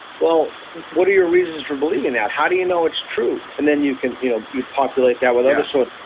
well, what are your reasons for believing that? how do you know it's true? and then you can you know you populate that with and so other.